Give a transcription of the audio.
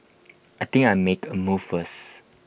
I think I make A move first